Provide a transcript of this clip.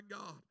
God